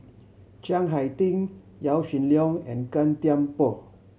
Chiang Hai Ding Yaw Shin Leong and Gan Thiam Poh